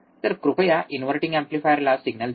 तर कृपया इन्व्हर्टिंग एम्प्लीफायरला सिग्नल द्या